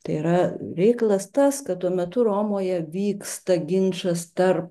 tai yra reikalas tas kad tuo metu romoje vyksta ginčas tarp